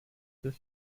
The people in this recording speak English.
this